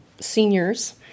seniors